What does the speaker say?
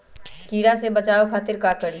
कीरा से बचाओ खातिर का करी?